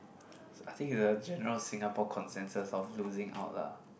so I think you have general Singapore consensus of losing out lah